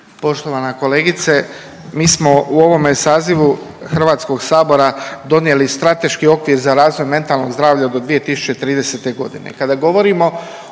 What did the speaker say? Poštovana kolegice, mi smo u ovome sazivu Hrvatskog sabora, donijeli strateški okvir za razvoj mentalnog zdravlja do 2030. godine. Kada govorimo